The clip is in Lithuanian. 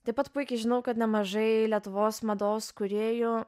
taip pat puikiai žinau kad nemažai lietuvos mados kūrėjų